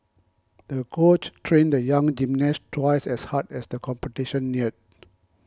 the coach trained the young gymnast twice as hard as the competition neared